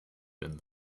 been